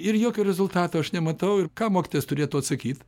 ir jokio rezultato aš nematau ir ką mokytojas turėtų atsakyt